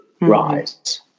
rise